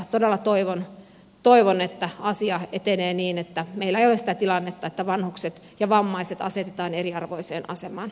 todella toivon että asia etenee niin että meillä ei ole sitä tilannetta että vanhukset ja vammaiset asetetaan eriarvoiseen asemaan